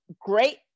great